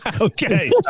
okay